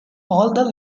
all